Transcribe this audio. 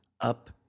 up